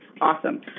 Awesome